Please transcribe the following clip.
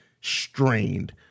strained